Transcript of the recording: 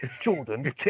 Jordan